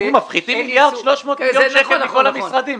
מפחיתים 1.3 מיליארד שקל מכל המשרדים,